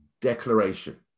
declaration